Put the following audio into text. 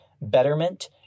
Betterment